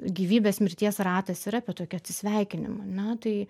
gyvybės mirties ratas yra apie tokį atsisveikinimą ar ne tai